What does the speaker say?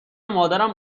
مادرم